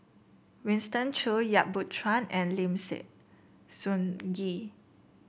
Winston Choo Yap Boon Chuan and Lim Sun Gee